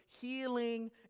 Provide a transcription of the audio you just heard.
healing